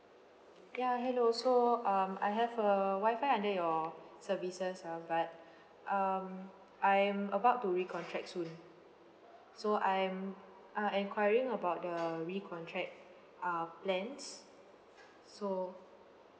ya hello so um I have a wifi under your services ah but um I am about to recontract soon so I am uh enquiring about the recontract uh plans so